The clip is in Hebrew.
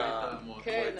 מנכ"לית המועצה.